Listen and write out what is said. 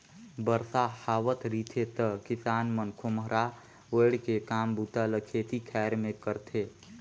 बरसा हावत रिथे त किसान मन खोम्हरा ओएढ़ के काम बूता ल खेती खाएर मे करथे